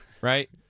right